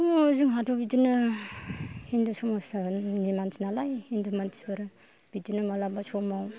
जोंहाथ' बिदिनो हिन्दु समाजनि मानसि नालाय हिन्दुनि मानसिफोर बिदिनो मालाबा समाव